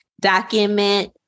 document